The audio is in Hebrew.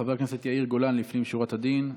חבר הכנסת יאיר גולן, לפנים משורת הדין.